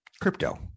crypto